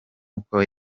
kuko